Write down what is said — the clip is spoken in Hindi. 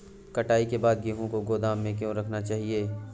कटाई के बाद गेहूँ को गोदाम में क्यो रखना चाहिए?